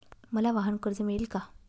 मला वाहनकर्ज मिळेल का?